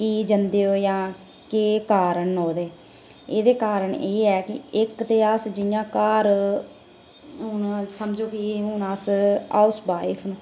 की जंदे ओह् जां केह् कारण न ओह्दे एह्दा कारण एह् ऐ कि जियां इक्क ते अस हून समझो कि जि'यां हाऊसवाईफ न